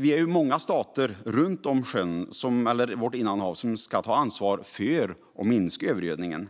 Vi är många stater runt om vårt innanhav som ska ta ansvar för att minska övergödningen.